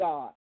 God